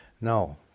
No